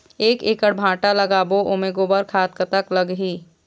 एक एकड़ भांटा लगाबो ओमे गोबर खाद कतक लगही?